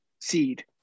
seed